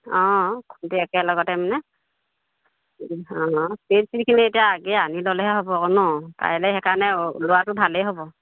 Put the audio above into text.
অঁ খুন্দি একেলগতে মানে অঁ তিল চিলখিনি এতিয়া আগে আনি ল'লেহে হ'ব আকৌ নহ্ কাইলৈ সেইকাৰণে লোৱাটো ভালেই হ'ব